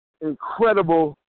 incredible